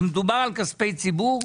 מדובר בכספי ציבור.